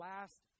Last